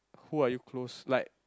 who are you close like